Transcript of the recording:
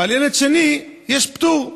ועל הילד השני יש פטור.